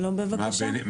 בבקשה.